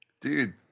Dude